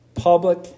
Public